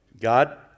God